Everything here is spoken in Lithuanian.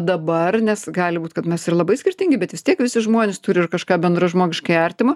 dabar nes gali būt kad mes ir labai skirtingi bet vis tiek visi žmonės turi ir kažką bendražmogiškai artimo